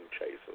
chasers